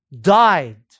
died